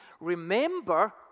Remember